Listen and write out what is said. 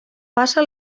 passa